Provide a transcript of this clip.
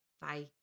Bye